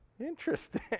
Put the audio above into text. interesting